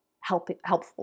helpful